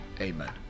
amen